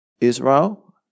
Israel